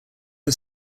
are